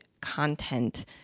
content